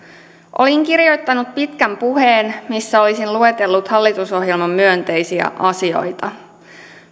olin kirjoittanut pitkän puheen missä olisin luetellut hallitusohjelman myönteisiä asioita